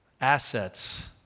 assets